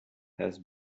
has